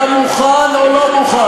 אתה מוכן או לא מוכן?